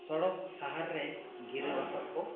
ᱥᱚᱲᱚᱠ ᱥᱟᱦᱟᱨ ᱨᱮ ᱜᱤᱨᱟᱹᱵᱟᱥᱚᱜ ᱠᱚ